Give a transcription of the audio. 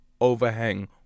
overhang